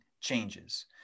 changes